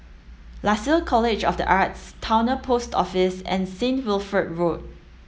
Lasalle College of the Arts Towner Post Office and Saint Wilfred Road